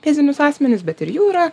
fizinius asmenis bet ir jų yra